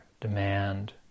demand